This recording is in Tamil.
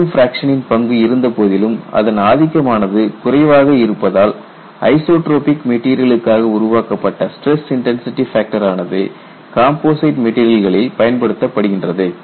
வால்யூம் பிராக்ஷனின் பங்கு இருந்தபோதிலும் அதன் ஆதிக்கம் ஆனது குறைவாக இருப்பதால் ஐசோட்ரோபிக் மெட்டீரியலுக்காக உருவாக்கப்பட்ட ஸ்டிரஸ் இன்டன்சிடி ஃபேக்டர் ஆனது காம்போசிட் மெட்டீரியல்களில் பயன்படுத்தப்படுகின்றது